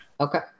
Okay